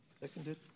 Seconded